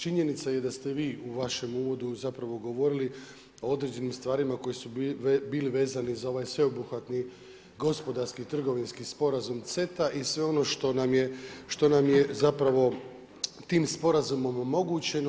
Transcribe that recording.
Činjenica je da ste vi u vašem uvodu zapravo govorili o određenim stvarima koje su bile vezane za ovaj sveobuhvatni gospodarski trgovinski sporazum CETA i sve ono što nam je zapravo tim sporazumom omogućeno.